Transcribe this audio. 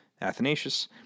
Athanasius